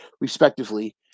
respectively